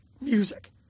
music